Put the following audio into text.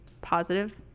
positive